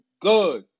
good